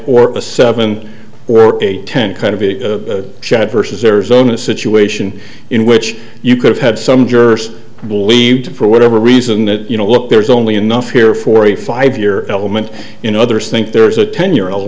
a seven or eight ten kind of shot versus arizona situation in which you could have had some jurors believed for whatever reason that you know look there's only enough here for a five year element in others think there is a ten year old